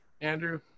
Andrew